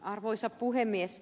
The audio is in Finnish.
arvoisa puhemies